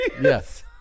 Yes